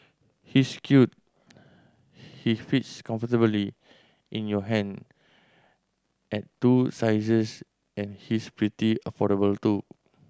he's cute he fits comfortably in your hand at two sizes and he's pretty affordable too